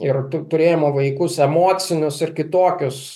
ir turėjimo vaikus emocinius ir kitokius